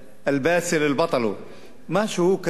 אל-בּאסל אל-בּטל, משהו כזה.